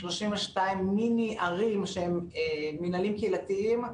32 מיני ערים שהם מינהלים קהילתיים,